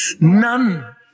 none